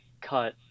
cut